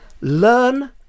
learn